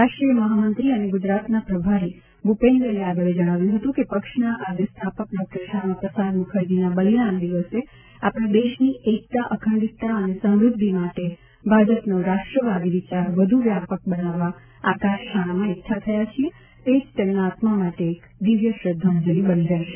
રાષ્ટ્રીય મહામંત્રી અને ગુજરાતના પ્રભારી ભુપેન્દ્રજી યાદવે જણાવ્યું હતું કે પક્ષના આઘ સ્થાપક ડોક્ટર શ્યામાપ્રસાદ મુખરજીના બલિદાન દિવસે આપણે દેશની એકતા અખંડિતતા અને સમૃધ્ધિ માટે ભાજપનો રાષ્ટ્રવાદી વિચાર વધુ વ્યાપક બનાવવા આ કાર્યશાળામાં એકઠા થયા છીએ તે જ તેમના આત્મા માટે એક દિવ્ય શ્રધ્ધાજંલિ બની રહેશે